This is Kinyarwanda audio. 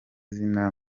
zina